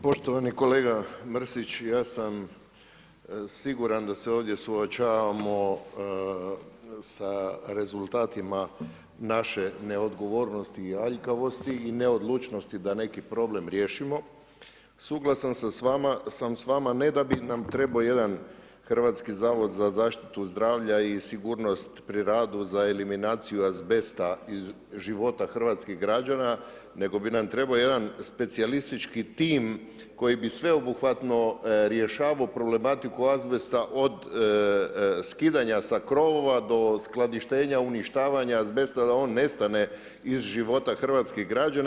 Poštovani kolega Mrsić, ja sam siguran da se ovdje suočavamo sa rezultatima naše neodgovornosti i aljkavosti i neodlučnosti da neki problem riješimo suglasan sam s vama ne da bi nam trebamo jedan hrvatski zavod za zaštitu zdravlja i sigurnost pri radu za eliminaciju azbesta iz života hrvatskih građana nego bi nam trebao jedan specijalistički tim koji bi sveobuhvatno rješavao problematiku azbesta od skidanja sa krovova do skladištenja, uništavanja azbesta da on nestane iz života hrvatskih građana.